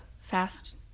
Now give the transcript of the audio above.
fast